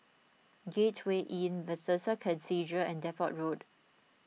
Gateway Inn Bethesda Cathedral and Depot Road